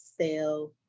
sale